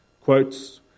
quotes